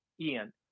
Ian